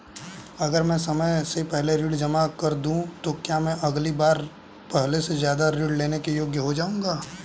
अगर मैं समय से पहले ऋण जमा कर दूं तो क्या मैं अगली बार पहले से ज़्यादा ऋण लेने के योग्य हो जाऊँगा?